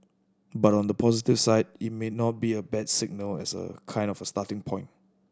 but on the positive side it may not be a bad signal as a kind of starting point